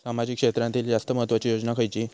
सामाजिक क्षेत्रांतील जास्त महत्त्वाची योजना खयची?